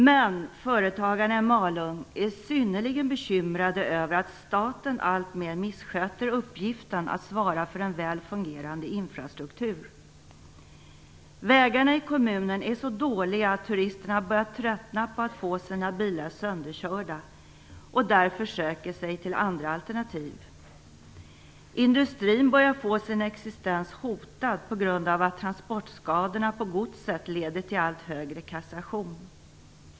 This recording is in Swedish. Men företagarna i Malung är synnerligen bekymrade över att staten alltmer missköter uppgiften att svara för en väl fungerande infrastruktur. Vägarna i kommunen är så dåliga att turisterna börjar tröttna på att få sina bilar sönderkörda och därför söker sig till andra alternativ. Industrin börjar få sin existens hotad på grund av att transportskadorna på godset leder till allt högre kassation.